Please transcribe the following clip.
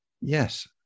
Yes